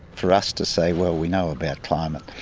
for us to say, well, we know about climate,